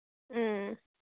ꯎꯝ